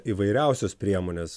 įvairiausios priemonės